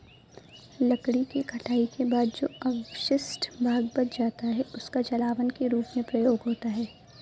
लकड़ी के कटाई के बाद जो अवशिष्ट भाग बच जाता है, उसका जलावन के रूप में प्रयोग होता है